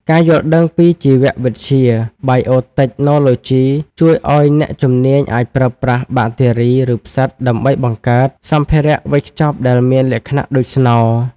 ការយល់ដឹងពីជីវបច្ចេកវិទ្យា Biotechnology ជួយឱ្យអ្នកជំនាញអាចប្រើប្រាស់បាក់តេរី ឬផ្សិត ដើម្បី "បង្កើត" សម្ភារៈវេចខ្ចប់ដែលមានលក្ខណៈដូចស្នោ។